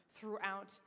throughout